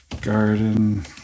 Garden